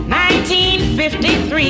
1953